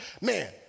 Man